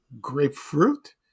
grapefruit